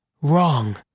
wrong